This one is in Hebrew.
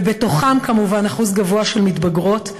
ובתוכן כמובן אחוז גבוה של מתבגרות,